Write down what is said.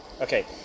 Okay